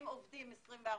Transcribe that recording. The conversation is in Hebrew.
הם עובדים 24 שעות.